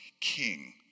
king